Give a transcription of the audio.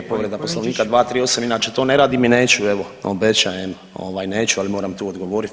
Je povreda Poslovnika, 238., inače to ne radim i neću, evo obećajem ovaj neću, ali moram tu odgovorit.